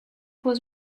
was